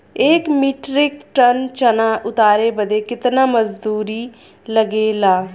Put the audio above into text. एक metric ton चना उतारे बदे कितना मजदूरी लगे ला?